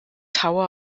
tower